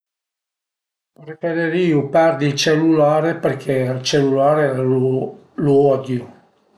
Preferirìu perdi ël cellulare perché ël cellulare lu odiu